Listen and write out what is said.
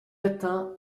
atteint